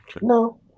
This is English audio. No